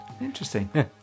Interesting